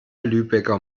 lübecker